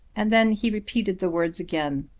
and then he repeated the words again,